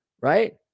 right